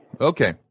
Okay